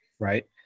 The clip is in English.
right